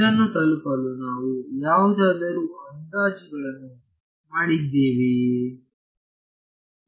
ಇದನ್ನು ತಲುಪಲು ನಾವು ಯಾವುದಾದರೂ ಅಂದಾಜುಗಳನ್ನು ಮಾಡಿದ್ದೇವೆಯೇ